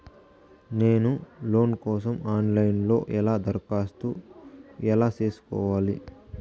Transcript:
నేను లోను కోసం online లో ఎలా దరఖాస్తు ఎలా సేసుకోవాలి?